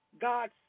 God